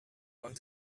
going